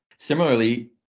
Similarly